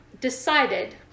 decided